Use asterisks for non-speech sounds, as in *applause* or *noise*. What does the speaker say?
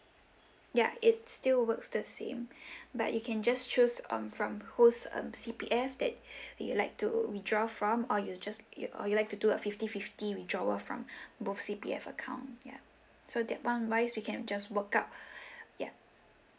ya it still works the same *breath* but you can just choose um from whose um C_P_F that *breath* you like to withdraw from or you just or you like to do a fifty fifty withdrawal from *breath* both C_P_F account ya so that one wise we can just work up *breath* ya